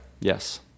Yes